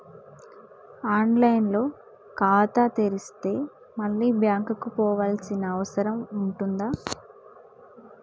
On line లో ఖాతా తెరిస్తే మళ్ళీ బ్యాంకుకు పోవాల్సిన అవసరం ఉంటుందా?